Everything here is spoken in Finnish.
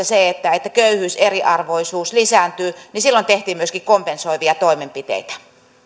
se että että köyhyys ja eriarvoisuus lisääntyvät niin silloin tehtiin myöskin kompensoivia toimenpiteitä arvoisa